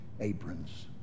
aprons